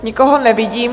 Nikoho nevidím.